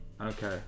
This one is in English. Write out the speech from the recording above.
Okay